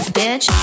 bitch